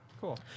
Cool